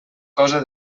cosa